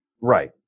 Right